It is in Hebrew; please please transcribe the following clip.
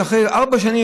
אחרי ארבע שנים,